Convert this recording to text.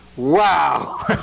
Wow